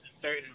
certain